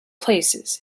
places